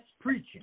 preaching